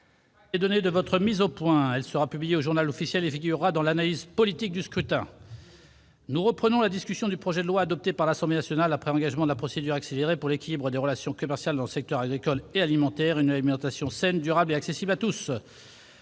est donné de cette mise au point, mon cher collègue. Elle sera publiée au et figurera dans l'analyse politique du scrutin. Nous reprenons l'examen du projet de loi, adopté par l'Assemblée nationale après engagement de la procédure accélérée, pour l'équilibre des relations commerciales dans le secteur agricole et alimentaire et une alimentation saine, durable et accessible à tous.